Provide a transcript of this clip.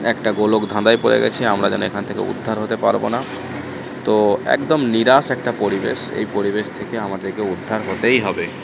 একটা গোলকধাঁধায় পড়ে গেছি আমরা যেন এখান থেকে উদ্ধার হতে পারব না তো একদম নিরাশ একটা পরিবেশ এই পরিবেশ থেকে আমাদেরকে উদ্ধার হতেই হবে